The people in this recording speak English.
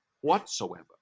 whatsoever